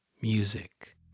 music